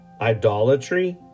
idolatry